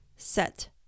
Set